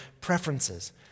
preferences